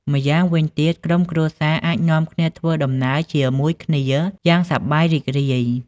ម្យ៉ាងវិញទៀត ក្រុមគ្រួសារអាចនាំគ្នាធ្វើដំណើរជាមួយគ្នាយ៉ាងសប្បាយរីករាយ។